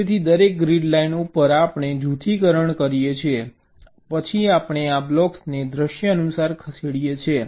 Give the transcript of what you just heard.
તેથી દરેક grid line ઉપર આપણે જૂથીકરણ કરીએ છીએ પછી આપણે આ બ્લોક્સને દૃશ્ય અનુસાર ખસેડીએ છીએ